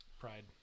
Pride